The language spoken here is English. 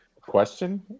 question